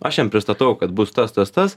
aš jam pristatau kad bus tas tas tas